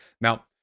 Now